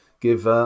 give